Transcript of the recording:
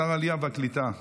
שר העלייה והקליטה,